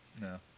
No